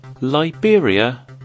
Liberia